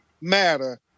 matter